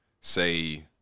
say